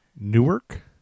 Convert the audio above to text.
Newark